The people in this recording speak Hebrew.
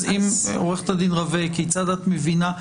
עו"ד רווה כיצד את מבינה?